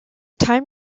time